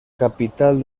capital